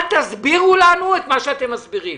אל תסבירו לנו את מה שאתם מסבירים.